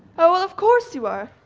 oh well of course you are.